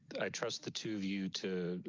i trust the two of you to